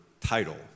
title